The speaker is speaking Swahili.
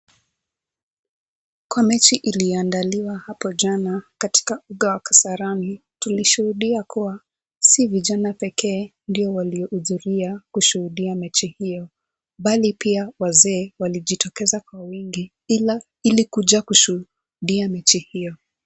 Kwa mechi iliyoandaliwa hapo jana, katika uga wa kasarani, tulishuhudia kuwa, si vijana pekee ndio waliokuja kushuhudia mechi hiyo. Bali pia wazee walijitokeza kwa wingi ili kuja kushuhudia mechi hiyo.